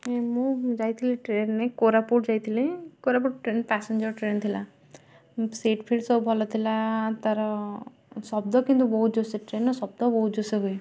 ମୁଁ ଯାଇଥିଲି ଟ୍ରେନ୍ରେ କୋରାପୁଟ ଯାଇଥିଲି କୋରାପୁଟ ଟ୍ରେନ୍ ପ୍ୟାସେଞ୍ଜର୍ ଟ୍ରେନ୍ ଥିଲା ସିଟ୍ ଫିଟ୍ ସବୁ ଭଲ ଥିଲା ତା'ର ଶବ୍ଦ କିନ୍ତୁ ବହୁତ ଜୋରସେ ଟ୍ରେନ୍ର ଶବ୍ଦ ବହୁତ ଜୋରସେ ହୁଏ